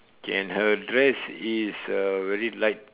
okay and her dress is uh very light